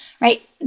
right